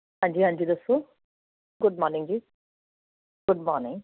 ਹਾਂਜੀ ਹਾਂਜੀ ਦੱਸੋ ਗੁਡ ਮੋਰਨਿੰਗ ਜੀ ਗੁਡ ਮੋਰਨਿੰਗ